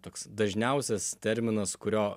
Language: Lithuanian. toks dažniausias terminas kurio